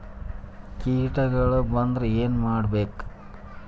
ಕೇಟಗಳ ಬಂದ್ರ ಏನ್ ಮಾಡ್ಬೇಕ್?